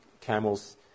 camels